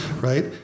right